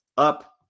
up